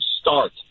start